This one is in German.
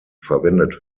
verwendet